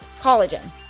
collagen